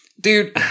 Dude